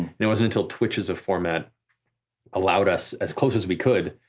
it wasn't until twitch as a format allowed us, as close as we could,